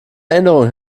erinnerung